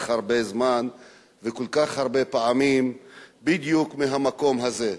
הרבה זמן וכל כך הרבה פעמים בדיוק מהמקום הזה.